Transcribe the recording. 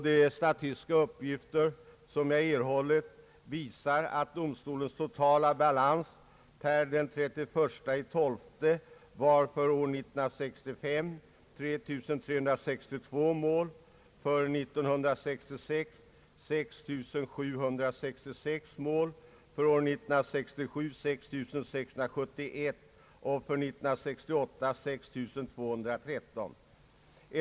De statistiska uppgifter som jag erhållit visar att domstolens totala balans per den 31 december var för år 1965 6 362 mål, för år 1966 6 766 mål, för år 1967 6 671 mål och för år 1968 6 213 mål.